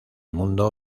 mundo